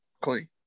clean